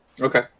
Okay